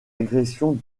agression